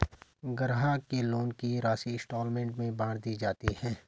ग्राहक के लोन की राशि इंस्टॉल्मेंट में बाँट दी जाती है